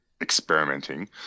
experimenting